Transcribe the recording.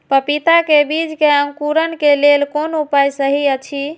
पपीता के बीज के अंकुरन क लेल कोन उपाय सहि अछि?